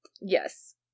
Yes